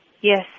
yes